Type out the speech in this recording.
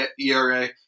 ERA